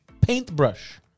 paintbrush